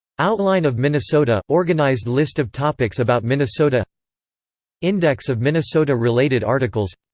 outline of minnesota organized list of topics about minnesota index of minnesota-related articles